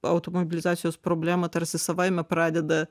automobilizacijos problema tarsi savaime pradeda